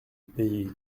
pays